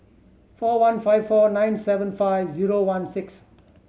four one five four nine seven five zero one six